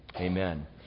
Amen